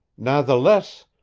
natheless,